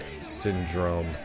Syndrome